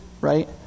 right